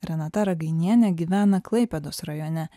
renata ragainienė gyvena klaipėdos rajone